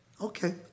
Okay